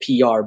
PR